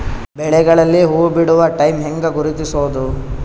ಬೆಳೆಗಳಲ್ಲಿ ಹೂಬಿಡುವ ಟೈಮ್ ಹೆಂಗ ಗುರುತಿಸೋದ?